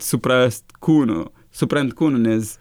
suprast kūnu suprant kūną nes